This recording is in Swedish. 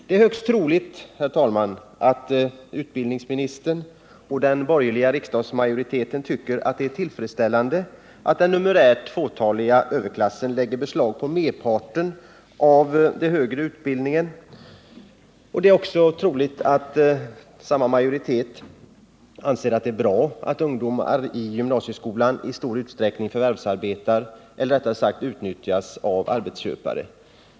Det är högst troligt, herr talman, att utbildningsministern och den borgerliga riksdagsmajoriteten tycker det är tillfredsställande att den numerärt fåtaliga överklassen lägger beslag på merparten av den högre utbildningen. Det är också troligt att samma majoritet anser att det är bra att ungdomar i gymnasieskolan i stor utsträckning förvärvsarbetar — eller rättare sagt utnyttjas av arbetsköpare.